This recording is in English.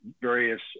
various